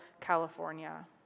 California